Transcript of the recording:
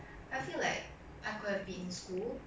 instead of my house electricity ya it's